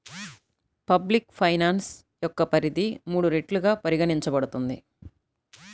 public finance యొక్క పరిధి మూడు రెట్లుగా పరిగణించబడుతుంది